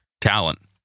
Talent